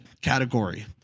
category